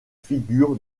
figure